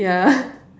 ya